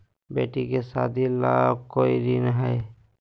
बेटी के सादी ला कोई ऋण हई?